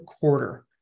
quarter